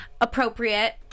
appropriate